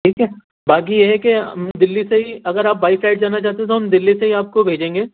ٹھیک ہے باقی یہ ہے کہ دہلی سے ہی اگر آپ بائی فلائٹ جانا چاہتے ہوں تو ہم دہلی سے ہی آپ کو بھیجیں گے